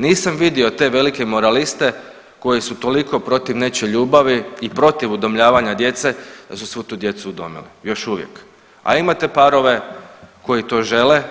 Nisam vidio te velike moraliste koji su toliko protiv nečije ljubavi i protiv udomljavanja djece da su svu tu djecu udomili još uvijek, a imate parove koji to žele,